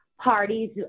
Parties